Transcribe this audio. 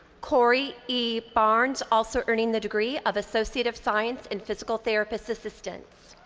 cory e. barnes, also earning the degree of associate of science in physical therapists assistance.